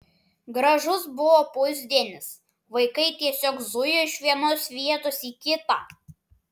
gražus buvo pusdienis vaikai tiesiog zujo iš vienos vietos į kitą